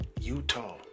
Utah